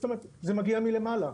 זה מגיע מלמעלה.